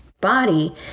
body